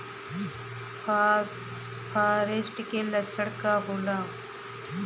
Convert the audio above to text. फारेस्ट के लक्षण का होला?